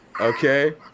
Okay